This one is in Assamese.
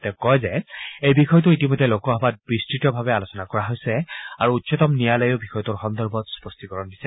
তেওঁ কয় যে এই বিষয়টো ইতিমধ্যে লোকসভাত বিস্ততভাৱে আলোচনা কৰা হৈছে আৰু উচ্চতম ন্যালায়েও বিষয়টোৰ সন্দৰ্ভত স্পষ্টীকৰণ দিছে